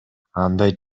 андай